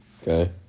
Okay